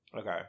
Okay